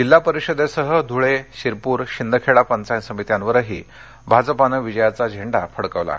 जिल्हा परिषदेसह धुळे शिरपूर शिंदखेडा पंचायत समित्यांवरही भाजपाने विजयाचा झेंडा फडकविला आहे